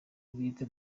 bwite